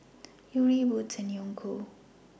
Yuri Wood's and Onkyo